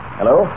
Hello